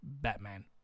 Batman